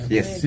Yes